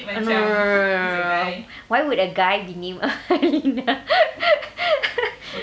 why would a guy be named amalina